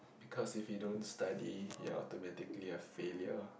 because if you don't study you're automatically a failure